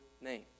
name